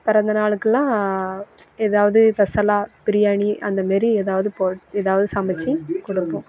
பிறந்தநாளுக்கெல்லாம் எதாவது ஸ்பெஷலாக பிரியாணி அந்த மாரி எதாவது போட் எதாவது சமைத்து கொடுப்போம்